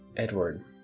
Edward